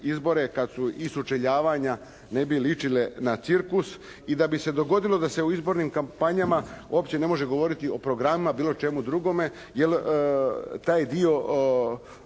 izbore i sučeljavanja, ne bi ličile na cirkus i da bi se dogodilo da se u izbornim kampanjama uopće ne može govoriti o programima, bilo čemu drugome jer taj dio